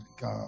God